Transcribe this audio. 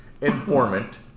informant